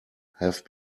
have